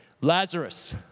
Lazarus